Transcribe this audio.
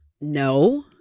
No